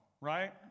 right